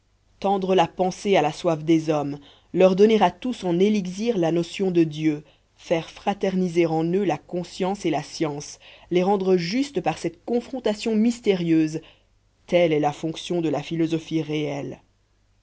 tendre la pensée à la soif des hommes leur donner à tous en élixir la notion de dieu faire fraterniser en eux la conscience et la science les rendre justes par cette confrontation mystérieuse telle est la fonction de la philosophie réelle